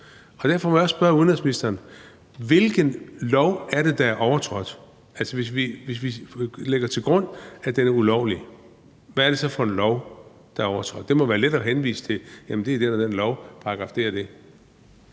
og derfor må jeg også spørge udenrigsministeren: Hvilken lov er det, der er overtrådt? Hvis vi lægger til grund, at det er ulovligt, hvad er det så for en lov, der er overtrådt? Det må være let at henvise til, at det er den og den lov, paragraf det og det.